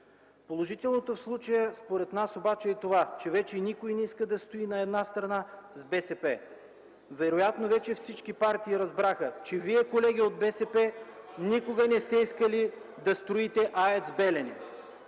Положителното в случая според нас обаче е това, че вече никой не иска да стои на една страна с БСП. Вероятно вече всички партии разбраха, че Вие, колеги от БСП (шум и реплики от КБ), никога не сте искали да строите АЕЦ „Белене”.